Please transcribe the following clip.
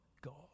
God